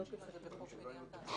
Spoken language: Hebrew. צריך לתת עליו את הדעת.